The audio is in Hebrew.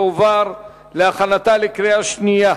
תועבר להכנתה לקריאה שנייה